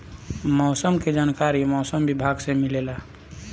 मौसम के जानकारी मौसम विभाग से मिलेला?